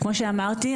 כמו שאמרתי,